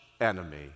enemy